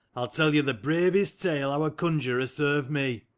i'll tell you the bravest tale how a conjurer served me.